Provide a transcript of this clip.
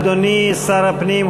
אדוני שר הפנים,